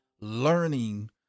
learning